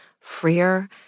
freer